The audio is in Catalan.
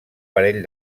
parell